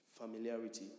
familiarity